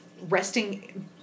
resting